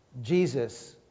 Jesus